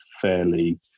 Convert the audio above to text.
fairly